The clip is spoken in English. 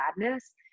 sadness